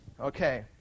Okay